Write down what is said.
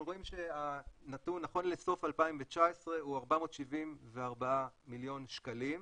אנחנו רואים שהנתון נכון לסוף 2019 הוא 474 מיליון שקלים,